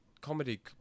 comedy